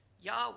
Yahweh